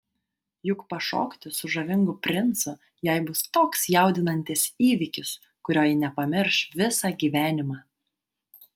juk pašokti su žavingu princu jai bus toks jaudinantis įvykis kurio ji nepamirš visą gyvenimą